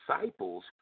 disciples